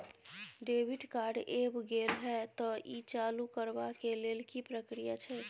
Debit card ऐब गेल हैं त ई चालू करबा के लेल की प्रक्रिया छै?